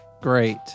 Great